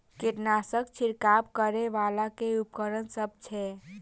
कीटनासक छिरकाब करै वला केँ उपकरण सब छै?